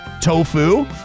tofu